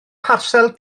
parsel